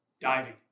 diving